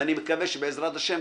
ומקווה שבעזרת השם,